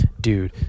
Dude